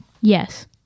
Yes